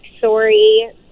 sorry